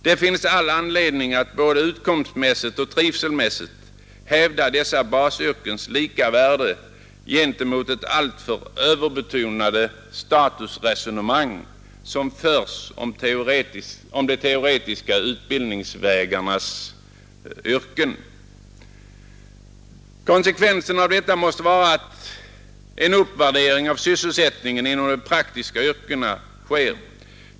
Det finns all anledning att både utkomstmässigt och trivselmässigt hävda dessa basyrkens lika värde gentemot det alltför överbetonade statusresonmang som förs om de teoretiska utbildningsvägarnas yrken. Konsekvensen av detta måste vara en uppvärdering av sysselsättningen inom de praktiska yrkena.